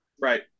Right